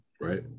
right